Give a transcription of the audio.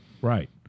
Right